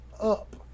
up